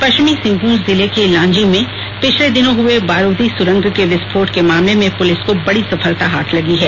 पश्चिमी सिंहभूम जिले के लांजी में पिछले दिनों हुए बारूदी सुरंग के विस्फोट के मामले में पुलिस को बड़ी सफलता हाथ लगी है